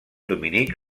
dominic